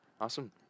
awesome